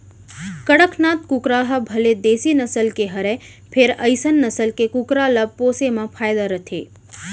कड़कनाथ कुकरा ह भले देसी नसल के हरय फेर अइसन नसल के कुकरा ल पोसे म फायदा रथे